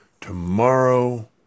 Tomorrow